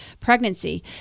pregnancy